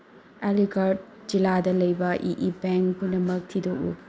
ꯑꯥꯂꯤꯒꯔꯠ ꯖꯤꯂꯥꯗ ꯂꯩꯕ ꯏ ꯏ ꯕꯦꯡ ꯄꯨꯝꯅꯃꯛ ꯊꯤꯗꯣꯛꯎ